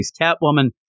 Catwoman